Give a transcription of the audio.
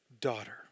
daughter